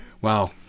wow